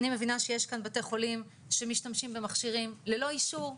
אני מבינה שיש כאן בתי חולים שמשתמשים במכשירים ללא אישור,